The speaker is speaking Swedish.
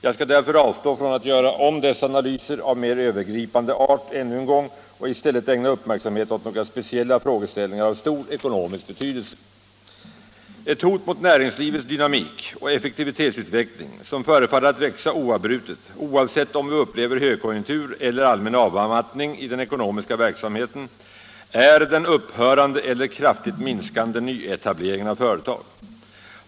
Jag skall därför avstå från att göra om dessa analyser av mer övergripande art ännu en gång och i stället ägna uppmärksamheten åt några speciella frågeställningar av stor ekonomisk betydelse. Ett hot mot näringslivets dynamik och effektivitetsutveckling som förefaller att växa oavbrutet, oavsett om vi upplever högkonjunktur eller allmän avmattning i den ekonomiska verksamheten, är den upphörande eller kraftigt minskande nyetableringen av företag.